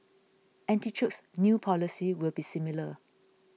artichoke's new policy will be similar